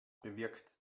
bewirkt